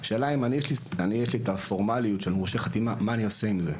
השאלה היא: אם לי יש הרשאת חתימה מה אני עושה איתה?